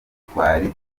twari